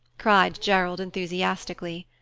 cried gerald enthusiastically.